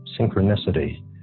Synchronicity